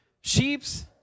Sheeps